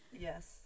Yes